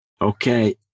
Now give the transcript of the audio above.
Okay